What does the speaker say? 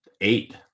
eight